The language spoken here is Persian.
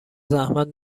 زحمت